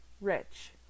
rich